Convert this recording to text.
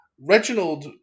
Reginald